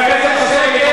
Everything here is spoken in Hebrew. אתה קורא לעצמך מפלגה,